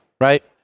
right